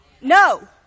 No